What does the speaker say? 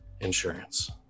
insurance